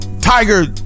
Tiger